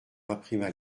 imprima